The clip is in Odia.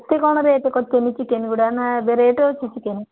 ଏତେ କଣ ରେଟ୍ କରିଛନ୍ତି ଚିକେନ ଗୁଡ଼ା ନାଁ ଏବେ ରେଟ୍ ଅଛି ଚିକେନ